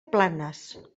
planes